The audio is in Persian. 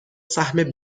سهم